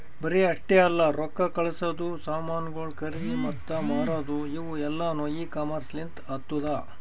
ಬರೇ ಅಷ್ಟೆ ಅಲ್ಲಾ ರೊಕ್ಕಾ ಕಳಸದು, ಸಾಮನುಗೊಳ್ ಖರದಿ ಮತ್ತ ಮಾರದು ಇವು ಎಲ್ಲಾನು ಇ ಕಾಮರ್ಸ್ ಲಿಂತ್ ಆತ್ತುದ